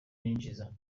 ninjiza